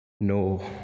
no